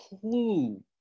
clue